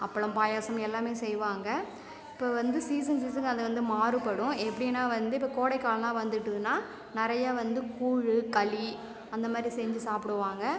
அப்பளம் பாயாசம் எல்லாமே செய்வாங்க இப்போ வந்து சீசன் சீசன்க்கு அது வந்து மாறுபடும் எப்படின்னா வந்து இப்போ கோடைகாலம்லாம் வந்துட்டுதுன்னா நிறைய வந்து கூழு களி அந்த மாரி செஞ்சு சாப்பிடுவாங்க